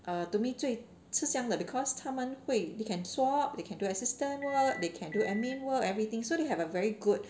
err to me 最刺伤的 because 他们会 they can swap they can do assistant work they can do admin work everything so they have a very good